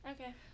Okay